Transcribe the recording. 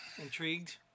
intrigued